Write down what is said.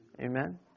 Amen